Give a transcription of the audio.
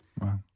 Wow